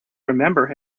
remember